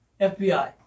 FBI